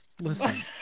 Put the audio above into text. Listen